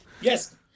Yes